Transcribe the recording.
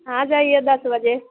आ जाइए दस बजे